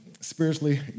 Spiritually